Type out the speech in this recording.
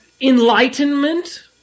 enlightenment